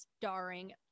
Starring